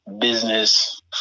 business